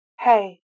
Hey